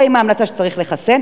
ולהורה יש המלצה לחסן,